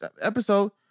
episode